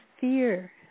fear